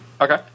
Okay